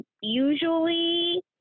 usually